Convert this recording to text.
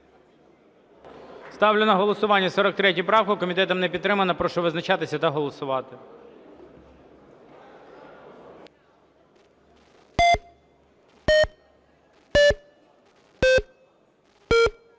Ставлю на голосування 69 правку. Комітетом відхилено. Прошу визначатися та голосувати.